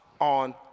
on